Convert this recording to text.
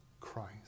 Christ